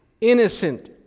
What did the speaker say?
innocent